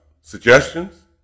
suggestions